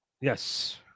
Yes